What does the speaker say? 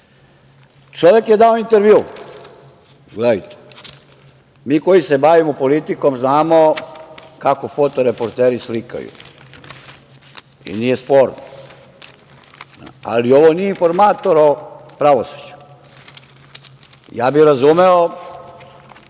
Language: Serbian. tu. Čovek je dao intervju. Mi koji se bavimo politikom znamo kako fotoreporteri slikaju, i nije sporno, ali ovo nije informator o pravosuđu. Ja bi razumeo